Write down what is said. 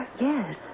Yes